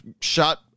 shot